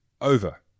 over